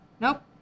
Nope